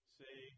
say